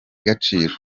gaciro